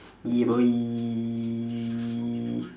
yeah boy